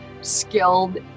skilled